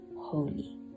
holy